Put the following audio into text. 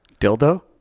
Dildo